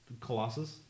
Colossus